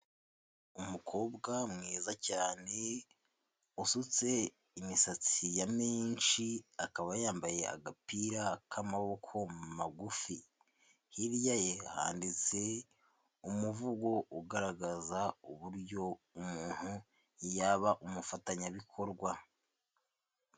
Umukobwa mwiza cyane usutse imisatsi yameshi akaba yambaye agapira k'amaboko magufi hirya ye handitse umuvugo ugaragaza uburyo umuntu yaba umufatanyabikorwa.